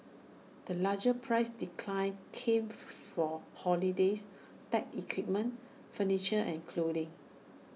the larger price declines came for holidays tech equipment furniture and clothing